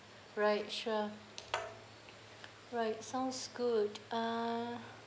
right sure right sounds good uh